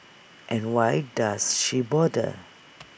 and why does she bother